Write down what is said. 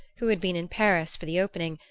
who had been in paris for the opening,